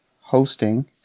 hosting